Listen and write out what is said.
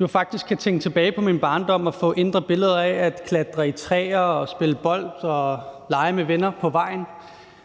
jo faktisk kan tænke tilbage på min barndom og få indre billeder af at klatre i træer, spille bold og lege med venner på vejen.